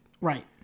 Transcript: Right